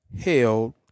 held